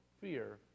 fear